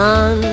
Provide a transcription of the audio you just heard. on